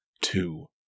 two